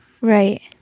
right